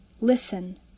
Listen